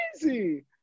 crazy